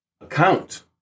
account